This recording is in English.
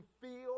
feel